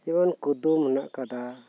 ᱡᱮᱢᱚᱱ ᱠᱩᱫᱩᱢ ᱦᱮᱱᱟᱜ ᱟᱠᱟᱫᱟ